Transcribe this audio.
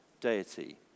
deity